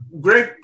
great